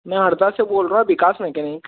मैं हरदा से बोल रहा हूँ विकास मेकैनिक